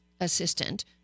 assistant